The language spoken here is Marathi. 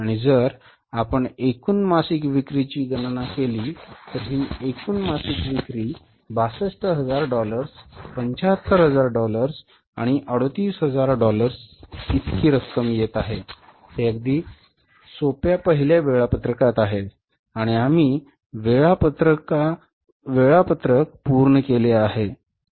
आणि जर आपण एकूण मासिक विक्रीची गणना केली तर ही एकूण मासिक विक्री 62000 डॉलर्स 75000 डॉलर्स आणि 38000 डॉलर्स इतकी रक्कम येत आहे हे अगदी सोप्या पहिल्या वेळापत्रकात आहे आणि आम्ही हे वेळापत्रका पूर्ण केले आहे